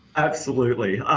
absolutely,